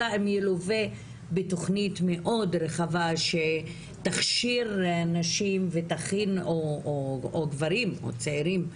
אלא אם ילווה בתכנית מאוד רחבה שתכשיר נשים או גברים צעירים,